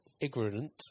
Ignorant